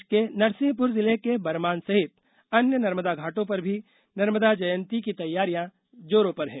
प्रदेश के नरसिंहपूर जिले के बरमान सहित अन्य नर्मदा घाटों पर भी नर्मदा जयंती की तैयारियां जोरों पर हैं